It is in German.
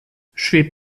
schwebt